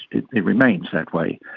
it it remains that way.